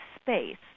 space